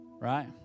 right